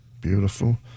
Beautiful